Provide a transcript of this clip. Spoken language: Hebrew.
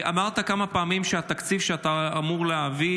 אמרת כמה פעמים שהתקציב שאתה אמור להביא